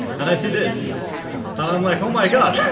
and i see this. and i'm like oh my god,